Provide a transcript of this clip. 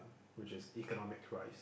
which is economic rice